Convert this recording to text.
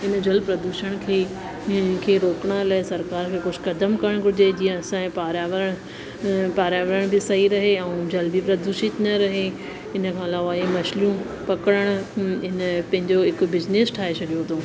इन जल प्रदूषण खे या हिनखे रोकिण लाइ सरकार खे कुझु कदम खणण घुर्जे जीअं असांजे पार्यावरण पार्यावरण बि सही रहे ऐं जल बि प्रदूषित न रहे इनखां अलावा हीअ मछलियूं पकिड़ण हिन पंहिंजो हिकु बिसनेस ठाहे छॾियो अथऊं